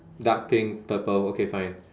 dark pink purple okay fine